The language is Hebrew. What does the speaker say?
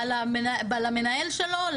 למנהל שלו,